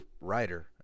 writer